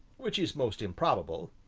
which is most improbable,